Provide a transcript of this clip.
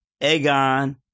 Aegon